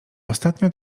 ostatnio